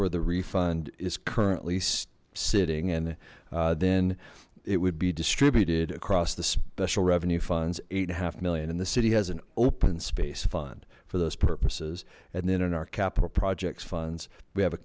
where the refund is currently sitting and then it would be distributed across the special revenue funds eight and a half million and the city has an open space fund for the purposes and then in our capital projects funds we have a